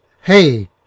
hey